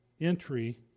entry